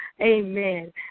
amen